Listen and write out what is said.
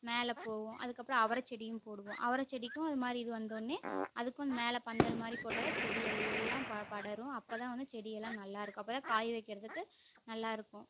மேலே போகும் அதுக்கப்புறோம் அவரை செடியும் போடுவோம் அவரை செடிக்கும் அது மாதிரி இது வந்த ஒன்னே அதுக்கும் மேலே பந்தல் மாதிரி போட்டா தான் செடியெல்லாம் ப படரும் அப்போ தான் வந்து செடியெல்லாம் நல்லா இருக்கும் அப்போ தான் காய் வக்கிறதுக்கு நல்லா இருக்கும்